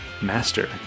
master